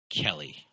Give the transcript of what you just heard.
Kelly